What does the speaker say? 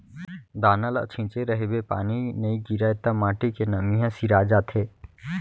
दाना ल छिंचे रहिबे पानी नइ गिरय त माटी के नमी ह सिरा जाथे